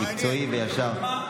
מקצועי וישר.